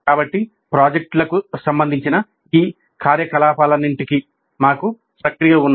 కాబట్టి ప్రాజెక్టులకు సంబంధించిన ఈ కార్యకలాపాలన్నింటికీ మాకు ప్రక్రియలు ఉన్నాయి